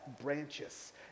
branches